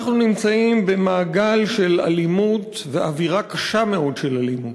אנחנו נמצאים במעגל של אלימות ובאווירה קשה מאוד של אלימות.